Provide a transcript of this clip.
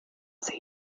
sehe